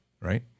right